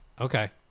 Okay